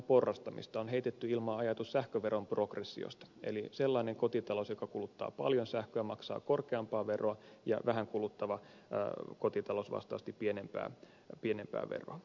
on heitetty ilmaan ajatus sähköveron progressiosta eli sellainen kotitalous joka kuluttaa paljon sähköä maksaa korkeampaa veroa ja vähän kuluttava kotitalous vastaavasti pienempää veroa